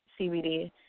CBD